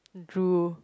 drool